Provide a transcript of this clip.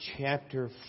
chapter